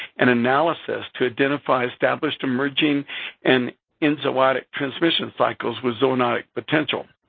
and analysis to identify established emerging and enzootic transmission cycles with zoonotic potential.